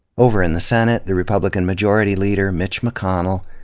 over in the senate, the republican majority leader, mitch mcconnell,